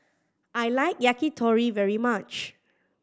I like Yakitori very much